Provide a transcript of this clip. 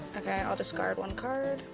okay, i'll discard one card.